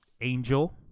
Angel